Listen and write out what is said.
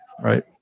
right